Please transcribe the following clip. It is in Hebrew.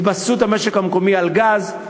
התבססות המשק המקומי על גז,